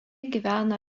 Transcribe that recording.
gyvena